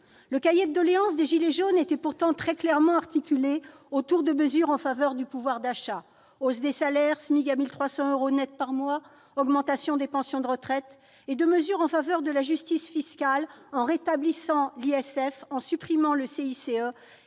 Le cahier de doléances des « gilets jaunes » était pourtant très clairement articulé autour de mesures en faveur du pouvoir d'achat- hausse des salaires, SMIC à 1 300 euros nets par mois, augmentation des pensions de retraite -et de mesures en faveur de la justice fiscale, en particulier le rétablissement de l'ISF